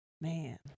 Man